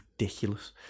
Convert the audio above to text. ridiculous